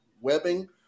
webbing